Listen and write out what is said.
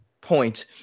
point